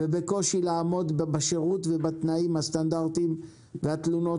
ובקושי לעמוד בשירות ובתנאים הסטנדרטיים והתלונות